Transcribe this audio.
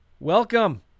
Welcome